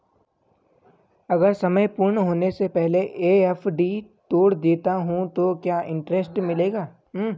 अगर समय पूर्ण होने से पहले एफ.डी तोड़ देता हूँ तो क्या इंट्रेस्ट मिलेगा?